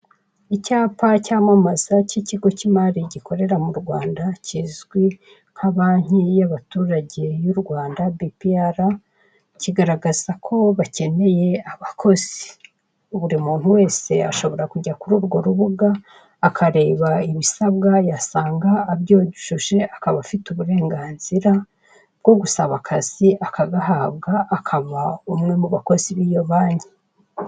Icyapa cyamamaza cy'ikgo cy'imari gikorera Rwanda kizwi nka banki y'abaturage y'u RWanda bipi ara, kigaragaza ko bakebeye abakozi, buri muntu wese ashobora kujya kuri urwo rubuga akareba ibisabwa yasanga abyujuje akaba afite uburenganzira bwo gusaba akazi akagahabwa akaba umwe mu bakozi biyo banki.